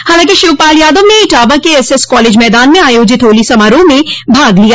हालांकि शिवपाल यादव ने इटावा के एसएस कालेज मैदान में आयोजित होली समारोह में भाग लिया